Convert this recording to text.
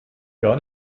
gar